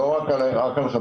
לא רק על חדשים,